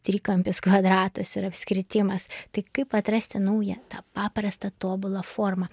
trikampis kvadratas ir apskritimas tai kaip atrasti naują tą paprastą tobulą formą